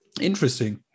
interesting